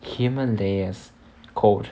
himalayas cold